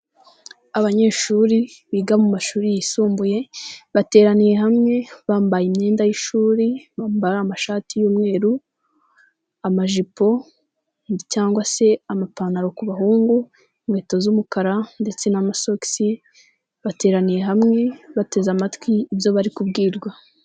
Abanyeshuri biga mu mashuri yisumbuye bateraniye hamwe bambaye imyenda y'ishuri, bambara amashati y'umweru, amajipo cyangwa se amapantaro ku bahungu n'inkweto z'umukara ndetse na'amasogisi bateraniye hamwe bateze amatwi ibyo bari kubwirwa.